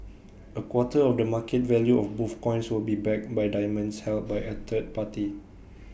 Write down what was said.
A quarter of the market value of both coins will be backed by diamonds held by A third party